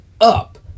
up